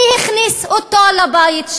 מי הכניס אותו לבית שלו?